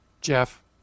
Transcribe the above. Jeff